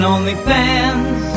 OnlyFans